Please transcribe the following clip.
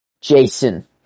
Jason